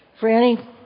Franny